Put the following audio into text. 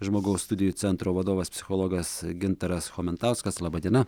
žmogaus studijų centro vadovas psichologas gintaras chomentauskas laba diena